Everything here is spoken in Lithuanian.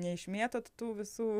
neišmėtot tų visų